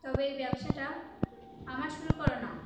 তবে এই ব্যবসাটা আমার শুরু করা না